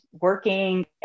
working